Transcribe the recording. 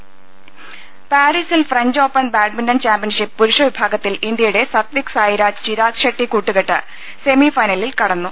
ദർശ്ശിക്കു പാരീസിൽ French open badminton championship പുരുഷ വിഭാ ഗത്തിൽ ഇന്ത്യയുടെ സത്വിക് സായിരാജ് ചിരാഗ്ഷെട്ടി കൂട്ടുകെട്ട് സെമി ഫൈനലിൽ കടന്നു